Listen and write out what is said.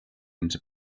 into